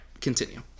Continue